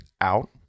out